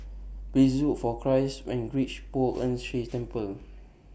Please Look For Christ when YOU REACH Poh Ern Shih Temple